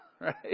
Right